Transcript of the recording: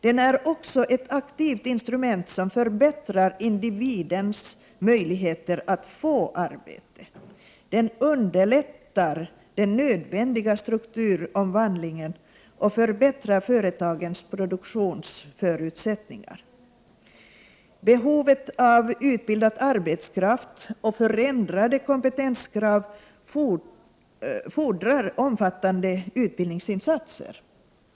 Den är också ett aktivt instrument som förbättrar individens möjligheter att få arbete. Arbetsmarknadsutbildningen underlättar den nödvändiga strukturomvandlingen och förbättrar företagens produktionsförutsättning ar. Vi vet alla att behovet av utbildad arbetskraft och förändrade kompetenskrav fordrar omfattande utbildningsinsatser.